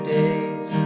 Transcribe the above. days